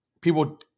people